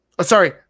sorry